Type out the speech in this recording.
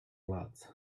lace